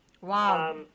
Wow